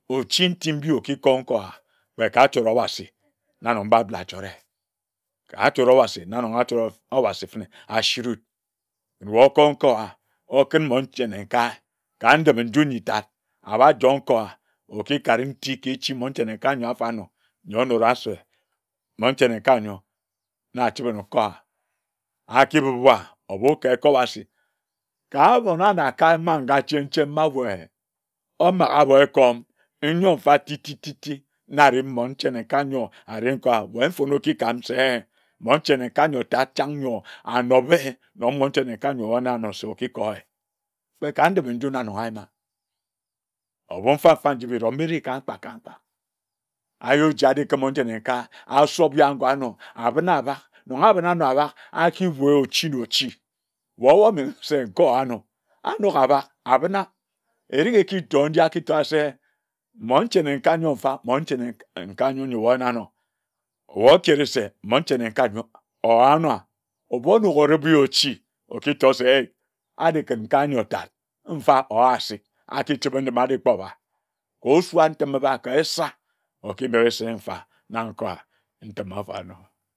Ochi nti mbi okikor nkowa kpe ka achore obasi na ga Bible achore ka achore obasi na nonga twelve obasi fene asurit ken wae okor nkai owa okin mmon nchane nkae nka ndipe-nju nyitad abajoer nkowa okikade nti ka echi mmon nchane nkae nyor afanor nyor onora se mmon chane nkae nyor na achibe anor nkowa akibib uwa obu ka ekobasi ka abone anakae manga chen chen mavoer omage abor ekoom nyor mfa titititi nare mmon nchane ka nyor areh nkowa wae mfone okikam se-mmon nchane nkae nyor tad chan nyor anobe nyor mmon nchane nkae nyor oyina anor se okikoer kpe ka ndipe-nju na anong ayina obor mfa mfa nji bere ombiri ka mkpak ka mkpak ayo oji ajikine mmon nchane nka asop ya nga anor abina aba nonga dbina anor aba akibue ochi na ochi wae omomenghe se nkowa anor anok abak abina erik ekitor nji akitor se mmon nchane nkae nyor mfa mmon nchane nkae nyor wae oyina anor wae okere se mmon nchan nkae nyor owa anor? ebu odoke odibe ye ochi okitor se ae ajikun nkae nyor tad mfa or asid achichibe njim aji kpor oba ka osua ntime ebae ka esir okimenghe se mfa na nkowa ntim afarnor